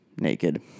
naked